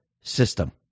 system